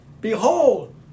Behold